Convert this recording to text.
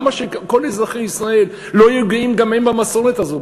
למה שכל אזרחי ישראל לא יהיו גאים גם הם במסורת הזאת,